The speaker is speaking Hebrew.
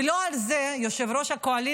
ולא על זה ראש הקואליציה,